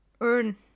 earn